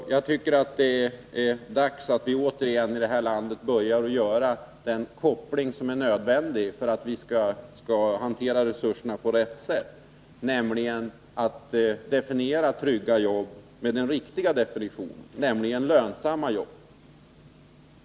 Jag tycker att det är dags att vi återigen i det här landet börjar göra den koppling som är nödvändig för att vi skall kunna hantera resurserna på rätt sätt, dvs. att vi definierar trygga jobb med den riktiga definitionen, nämligen lönsamma jobb.